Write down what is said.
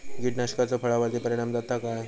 कीटकनाशकाचो फळावर्ती परिणाम जाता काय?